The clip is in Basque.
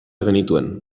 genituen